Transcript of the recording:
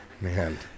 Man